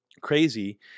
crazy